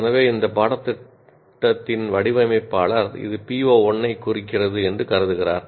எனவே இந்த பாடத்திட்டத்தின் வடிவமைப்பாளர் இது PO1 ஐக் குறிக்கிறது என்று கருதுகிறார்